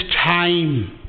time